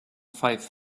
five